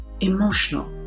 emotional